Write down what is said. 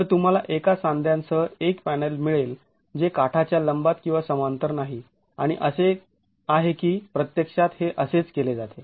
तर तुम्हाला एका सांध्यासह एक पॅनल मिळेल जे काठाच्या लंबात किंवा समांतर नाही आणि असे आहे की प्रत्यक्षात हे असेच केले जाते